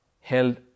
held